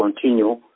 continue